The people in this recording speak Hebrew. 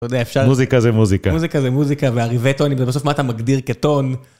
מוזיקה זה מוזיקה. מוזיקה זה מוזיקה, ועריבי טונים זה בסוף מה אתה מגדיר כטון.